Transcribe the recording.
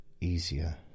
easier